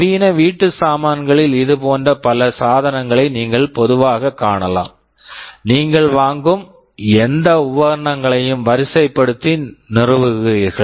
நவீன வீட்டு சாமான்களில் இதுபோன்ற பல சாதனங்களை நீங்கள் பொதுவாகக் காணலாம் நீங்கள் வாங்கும் எந்த உபகரணங்களையும் வரிசைப்படுத்தி நிறுவுகிறீர்கள்